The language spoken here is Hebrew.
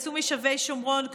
שיצאו משבי שומרון,